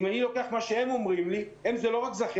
אם אני לוקח את מה שהם אומרים לי הם זה לא רק זכיינים,